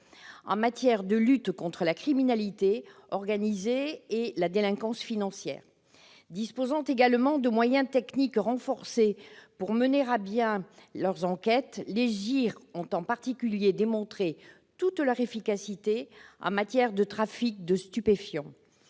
en matière de lutte contre la criminalité organisée et la délinquance financière. Disposant également de moyens techniques renforcés pour mener à bien leurs enquêtes, les JIRS ont, en particulier, démontré toute leur efficacité en matière de trafic de stupéfiants.